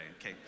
okay